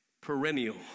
perennial